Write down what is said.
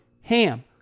HAM